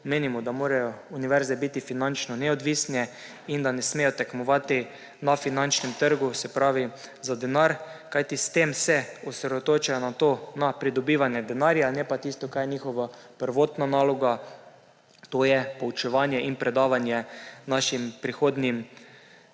da morajo univerze biti finančno neodvisne in da ne smejo tekmovati na finančnem trgu, se pravi za denar, kajti s tem se osredotočajo na pridobivanje denarja, ne pa na tisto, kar je njihova prvotna naloga, to je poučevanje in predavanje našim prihodnjim